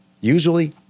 usually